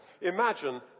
Imagine